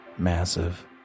massive